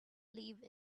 live